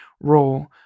role